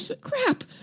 crap